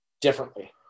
differently